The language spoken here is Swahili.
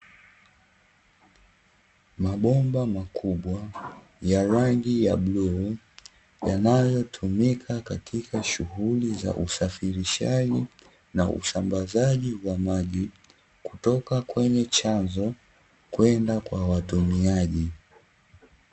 Mabomba makubwa ya rangi ya bluu yanayotumika katika shughuli za usafirishaji, na usambazaji wa maji kutoka kwenye chanzo kwenda kwa watumiaji.